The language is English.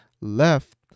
left